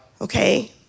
okay